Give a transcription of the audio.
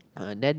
uh then